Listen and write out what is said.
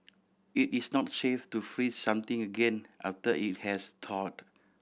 it is not safe to freeze something again after it has thawed